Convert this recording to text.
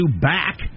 back